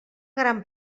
gran